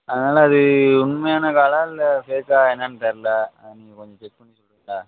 அதனால் அது உண்மையான காலா இல்லை ஃபேக்கா என்னென்னு தெரில அதை நீங்கள் கொஞ்சம் செக் பண்ணி சொல்கிறீங்களா